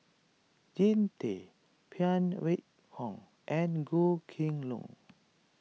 Jean Tay Phan Wait Hong and Goh Kheng Long